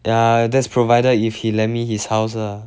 yeah that's provided if he lend me his house lah